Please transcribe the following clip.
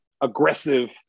aggressive